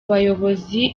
bayobozi